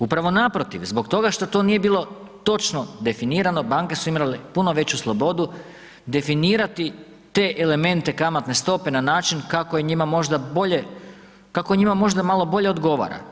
Upravo naprotiv zbog toga što to nije bilo točno definirano, banke su imale puno veću slobodu definirati te elemente kamatne stope na način kako je njima možda bolje, kako njima možda malo bolje odgovara.